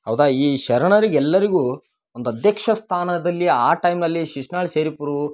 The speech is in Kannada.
ಹೌದಾ ಈ ಶರಣರಿಗೆ ಎಲ್ಲರಿಗೂ ಒಂದು ಅಧ್ಯಕ್ಷ ಸ್ಥಾನದಲ್ಲಿ ಆ ಟೈಮ್ನಲ್ಲಿ ಶಿಶುನಾಳ ಶರೀಫರು